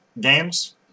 games